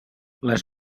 les